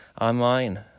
online